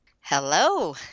hello